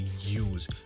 use